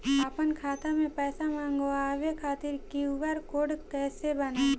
आपन खाता मे पैसा मँगबावे खातिर क्यू.आर कोड कैसे बनाएम?